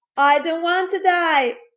i don't want to die!